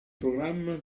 programma